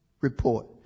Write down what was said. report